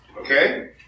okay